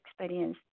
experience